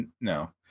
no